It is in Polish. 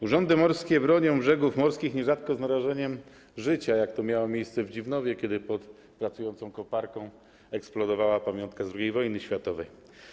Urzędy morskie bronią brzegów morskich nierzadko z narażeniem życia, jak to miało miejsce w Dziwnowie, kiedy pod pracującą koparką eksplodowała pamiątka z II wojny światowej.